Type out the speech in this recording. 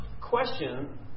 question